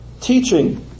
teaching